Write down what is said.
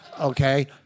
Okay